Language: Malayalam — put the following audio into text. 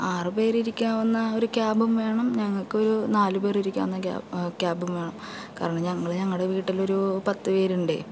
ആറുപേരിരിക്കാവുന്ന ഒരു ക്യാബും വേണം ഞങ്ങൾക്കൊരു നാലു പേർ ഇരിക്കാവുന്ന ക്യാബും വേണം കാരണം ഞങ്ങൾ ഞങ്ങളുടെ വീട്ടിൽ ഒരു പത്തു പേരുണ്ട്